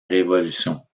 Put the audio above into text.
révolution